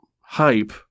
hype